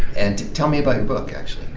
and tell me about your book, actually.